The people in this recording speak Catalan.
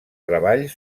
treballs